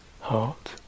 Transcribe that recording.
heart